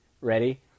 Ready